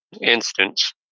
instance